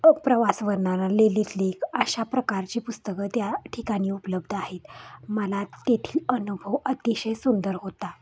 प्रवास वर्णनं ललित लेख अशा प्रकारची पुस्तकं त्या ठिकाणी उपलब्ध आहेत मला तेथील अनुभव अतिशय सुंदर होता